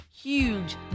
Huge